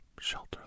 shelter